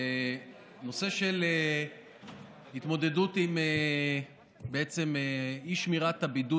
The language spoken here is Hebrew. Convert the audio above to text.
הנושא של התמודדות עם אי-שמירת הבידוד